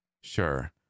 Sure